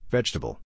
Vegetable